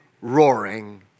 roaring